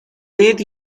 need